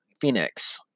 Phoenix